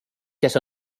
kes